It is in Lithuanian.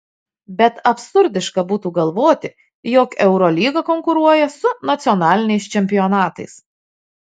bet absurdiška būtų galvoti jog eurolyga konkuruoja su nacionaliniais čempionatais